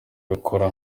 babikora